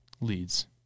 leads